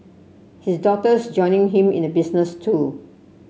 his daughter's joining him in the business too